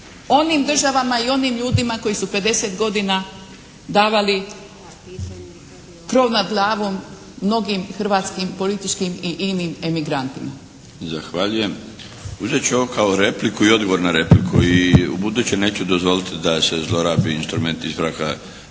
onim državama i onim ljudima koji su 50 godina davali krov nad glavom mnogim hrvatskim političkim i inim emigrantima. **Milinović, Darko (HDZ)** Zahvaljujem. Uzet ću ovo kao repliku i odgovor na repliku. I ubuduće neću dozvoliti da se zlorabi instrument ispravka